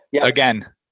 Again